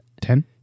ten